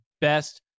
best